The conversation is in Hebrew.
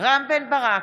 רם בן ברק,